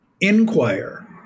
inquire